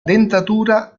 dentatura